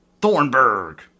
thornburg